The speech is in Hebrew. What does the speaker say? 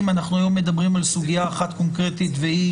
אנחנו היום מדברים על סוגיה אחת קונקרטית והיא